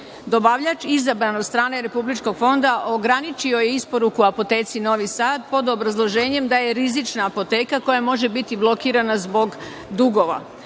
proceduri. Dobavljač izabran od strane Republičkog fonda ograničio je isporuku Apoteci Novi Sad pod obrazloženjem da je rizična apoteka koja može biti blokirana zbog dugova.